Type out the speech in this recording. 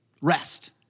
rest